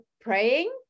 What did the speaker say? praying